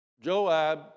Joab